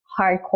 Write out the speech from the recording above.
hardcore